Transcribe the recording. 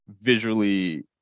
visually